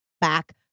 back